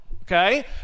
Okay